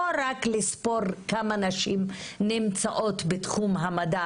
לא רק לספור כמה נשים נמצאות בתחום המדע